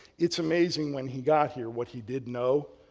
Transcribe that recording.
it's amazing when he got here, what he did know,